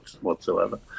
whatsoever